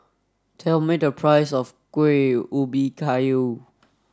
tell me the price of Kueh Ubi Kayu